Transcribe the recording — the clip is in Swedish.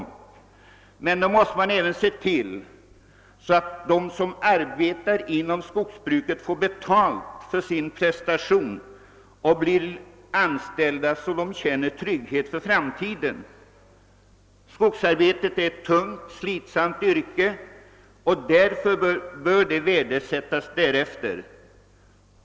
Emellertid måste man även se till, att de som arbetar inom skogsbruket får betalt för sin prestation och ges sådana anställningsformer att de känner trygghet för framtiden. Skogsarbetet är ett tungt och slitsamt yrke, och det bör värdesättas därefter.